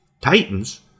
Titans